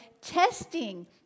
testing